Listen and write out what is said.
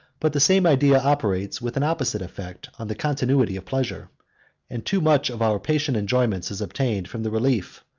but the same idea operates with an opposite effect on the continuity of pleasure and too much of our present enjoyments is obtained from the relief,